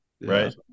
right